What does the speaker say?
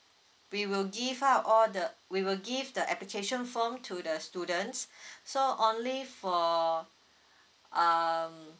we will give out all the we will give the application form to the students so only for um